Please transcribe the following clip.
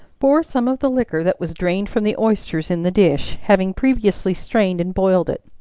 pour some of the liquor that was drained from the oysters in the dish, having previously strained and boiled it.